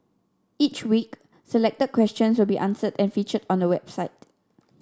each week selected questions will be answered and featured on the website